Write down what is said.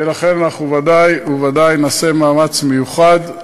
לכן, אנחנו ודאי וודאי נעשה מאמץ מיוחד.